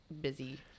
busy